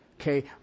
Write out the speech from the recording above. Okay